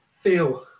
feel